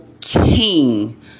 King